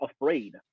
afraid